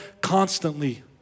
constantly